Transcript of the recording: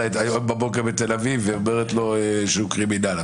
היום בבוקר בתל אביב ואומרת לו שהוא קרימינל.